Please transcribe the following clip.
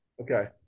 Okay